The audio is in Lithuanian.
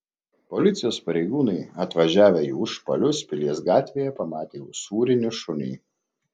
policijos pareigūnai atvažiavę į užpalius pilies gatvėje pamatė usūrinį šunį